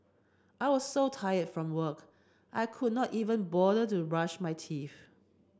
I was so tired from work I could not even bother to brush my teeth